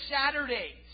Saturdays